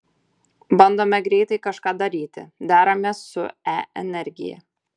bandome greitai kažką daryti deramės su e energija